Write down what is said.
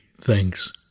thanks